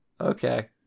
Okay